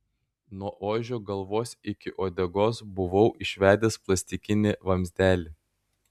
nuo ožio galvos iki uodegos buvau išvedęs plastikinį vamzdelį